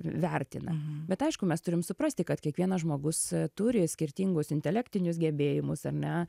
vertina bet aišku mes turim suprasti kad kiekvienas žmogus turi skirtingus intelektinius gebėjimus ar ne